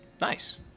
Nice